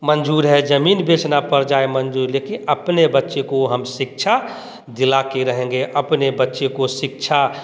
मंजूर है जमीन बेचना पड़ जाए मंजूर लेकिन अपने बच्चों को हम शिक्षा दिला के रहेंगे अपने बच्चों को शिक्षा